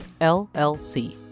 LLC